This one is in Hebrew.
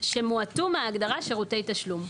שמועטו מההגדרה "שירותי תשלום"".